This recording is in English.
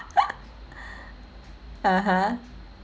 (uh huh)